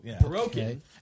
broken